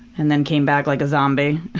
and then came back like a zombie.